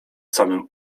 samym